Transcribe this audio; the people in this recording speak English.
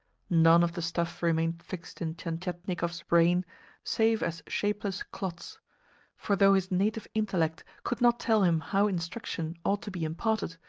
none of the stuff remained fixed in tientietnikov's brain save as shapeless clots for though his native intellect could not tell him how instruction ought to be imparted,